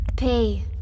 Pay